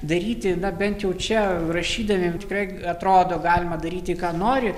daryti na bent jau čia rašydamiem tikrai atrodo galima daryti ką nori